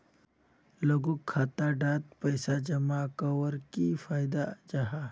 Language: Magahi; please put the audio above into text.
लोगोक खाता डात पैसा जमा कवर की फायदा जाहा?